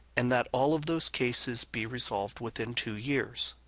and that all of those cases be resolved within two years.